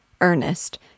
Ernest